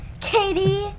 Katie